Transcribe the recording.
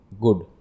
good